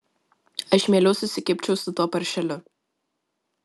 aš mieliau susikibčiau su tuo paršeliu